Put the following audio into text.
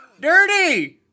dirty